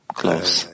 close